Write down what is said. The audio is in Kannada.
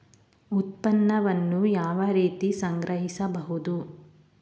ಉತ್ಪನ್ನವನ್ನು ಯಾವ ರೀತಿ ಸಂಗ್ರಹಿಸಬಹುದು?